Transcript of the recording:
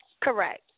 Correct